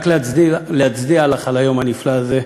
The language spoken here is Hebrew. רק להצדיע לך על היום הנפלא הזה,